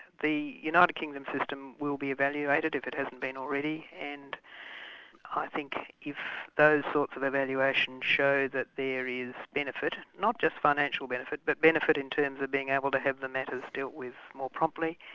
the united kingdom system will be evaluated if it hasn't been already, and i think if those sorts of evaluations show that there is benefit, not just financial benefit, but benefit in terms of being able to have the matters dealt with more promptly,